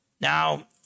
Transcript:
Now